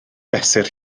fesur